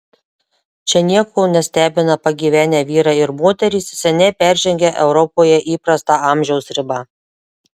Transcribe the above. čia nieko nestebina pagyvenę vyrai ir moterys seniai peržengę europoje įprastą amžiaus ribą